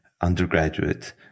undergraduate